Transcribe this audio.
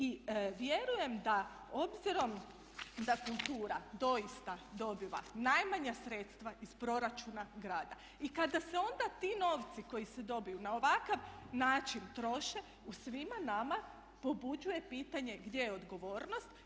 I vjerujem da obzirom da kultura doista dobiva najmanja sredstva iz proračuna grada i kada se onda ti novci koji se dobiju na ovakav način troše u svima nama pobuđuje pitanje gdje je odgovornost?